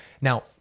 now